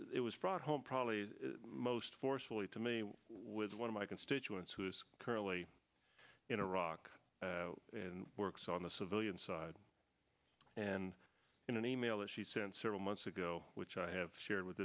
it was brought home probably most forcefully to meet with one of my constituents who is currently in iraq and works on the civilian side and in an e mail that she sent several months ago which i have shared with